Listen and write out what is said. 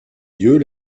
lieux